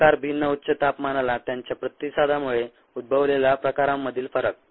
प्रकार भिन्न उच्च तापमानाला त्यांच्या प्रतिसादामुळे उद्भवलेला प्रकारांमधील फरक